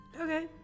Okay